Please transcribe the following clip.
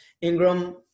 Ingram